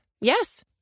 Yes